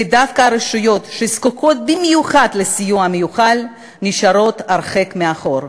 ודווקא הרשויות שזקוקות במיוחד לסיוע המיוחל נשארות הרחק מאחור.